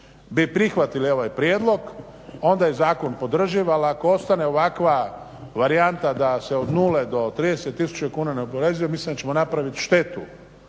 bi prihvatili ovaj prijedlog onda je zakon podrživ ali ako ostane ovakva varijanta da se od nule do 30 tisuća kuna ne oporezuje mislim da ćemo napraviti štetu